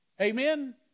Amen